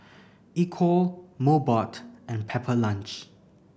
Equal Mobot and Pepper Lunch